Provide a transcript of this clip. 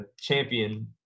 champion